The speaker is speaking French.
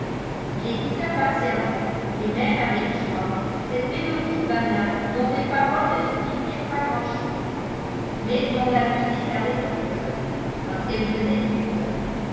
il écouta patiemment et même avec joie cette mélodie banale dont les paroles ne signifiaient pas grand-chose mais dont la musique allait au coeur parce qu'elle venait du coeur